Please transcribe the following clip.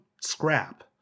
scrap